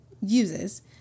uses